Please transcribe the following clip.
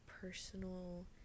personal